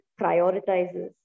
prioritizes